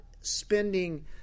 spending